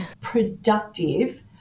productive